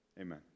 amen